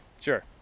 sure